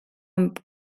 amb